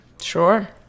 Sure